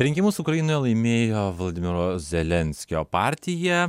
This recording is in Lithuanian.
rinkimus ukrainoje laimėjo volodymyro zelenskio partija